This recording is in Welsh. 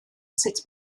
sut